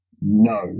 No